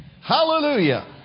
Hallelujah